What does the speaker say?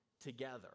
together